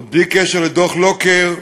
עוד בלי קשר לדוח לוקר,